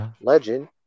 Legend